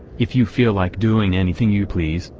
if you feel like doing anything you please,